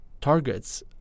targets